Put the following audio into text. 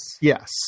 yes